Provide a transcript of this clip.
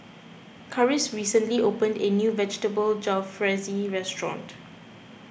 Karis recently opened a new Vegetable Jalfrezi restaurant